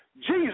Jesus